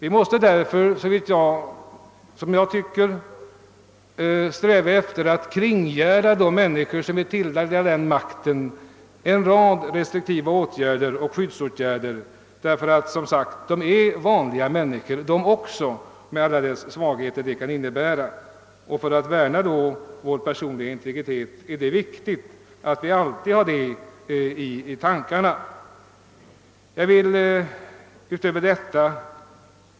Enligt min mening måste vi därför begränsa och kringgärda denna maktutövning, ty de är som sagt vanliga människor de också med alla de svagheter detta kan innebära. För att värna vår personliga integritet är det viktigt att alltid hålla detta i minnet.